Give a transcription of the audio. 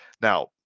Now